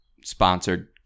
sponsored